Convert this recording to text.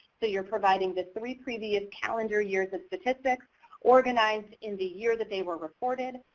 so you're providing the three previous calendar years of statistics organized in the year that they were recorded,